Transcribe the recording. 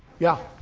yeah.